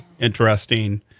interesting